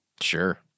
Sure